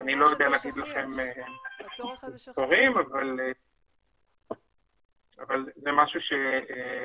אני לא יודע להגיד לכם מספרים אבל זה משהו שנדרש.